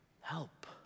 help